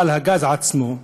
בעל הגז עצמו,